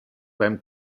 beim